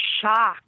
shocked